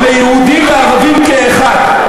ליהודים ולערבים כאחד.